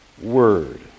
Word